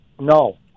No